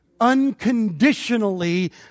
unconditionally